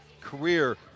career